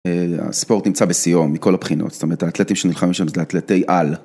הספורט נמצא בסיום מכל הבחינות, זאת אומרת האתלטים שנלחמים שם זה האתלטי על.